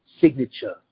signature